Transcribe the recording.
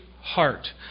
heart